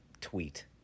tweet